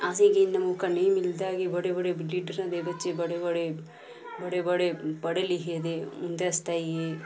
असें गी इन्ना मौका नेईं मिलदा ऐ कि बड़े बड़े लीडरां दे बच्चे बड़े बड़े बड़े बड़े पढ़े लिखे दे उंदे आस्तै एह्